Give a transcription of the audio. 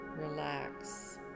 Relax